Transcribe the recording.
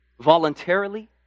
voluntarily